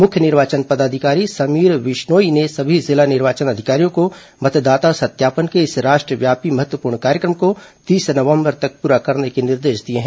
मुख्य निर्वाचन पदाधिकारी समीर विश्नोई ने सभी जिला अधिकारियों को मतदाता सत्यापन के इस राष्ट्रव्यापी महत्वपूर्ण कार्यक्रम को तीस निर्वाचन नवम्बर तक पूरा करने के निर्देश दिए हैं